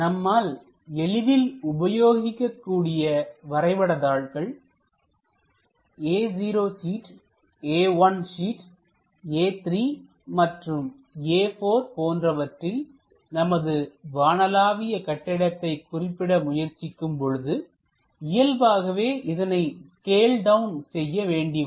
நம்மால் எளிதில் உபயோகிக்கக் கூடிய வரைபடத்தாள்கள் A0 சீட்A1 சீட்A3 மற்றும் A4 போன்றவற்றில் நமது வானளாவிய கட்டிடத்தை குறிப்பிட முயற்சிக்கும் பொழுது இயல்பாகவே இதனை ஸ்கேல் டவுன் செய்ய வேண்டிய வரும்